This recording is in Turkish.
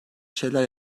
şeyler